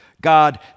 God